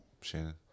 Shannon